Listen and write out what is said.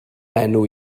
enw